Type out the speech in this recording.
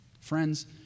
Friends